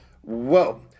Whoa